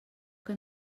que